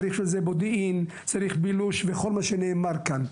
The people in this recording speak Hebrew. צריך לזה מודיעין, צריך בילוש וכל מה שנאמר כאן.